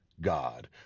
God